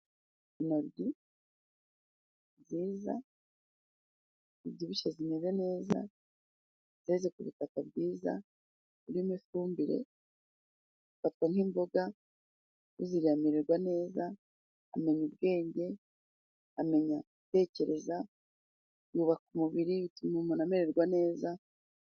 Inoryi nziza, zibyibushye zimeze neza gezeze ku butaka bwiza buririmo ifumbire ifatwa nk'imboga ziryamererwa neza amenya ubwenge amenya gutekereza bubaka umubiri bituma umuntu amererwa neza